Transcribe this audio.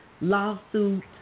lawsuit